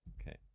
Okay